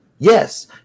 Yes